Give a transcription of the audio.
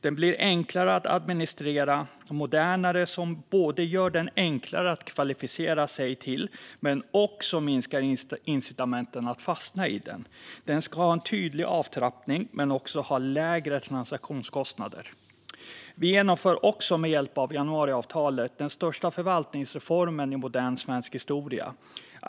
Den blir enklare att administrera och modernare, då man gör det enklare att kvalificera sig till den men också minskar incitamenten att fastna i den. Den ska ha en tydlig avtrappning men också lägre transaktionskostnader. Vi genomför också med hjälp av januariavtalet den största förvaltningsreformen i modern svensk historia.